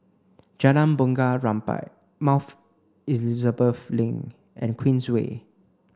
Jalan Bunga Rampai Elizabeth Link and Queensway